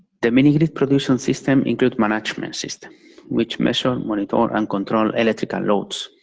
the mini-grid production system include management system which measure, monitor, and control electrical loads.